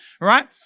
Right